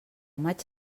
maig